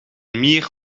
mier